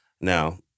Now—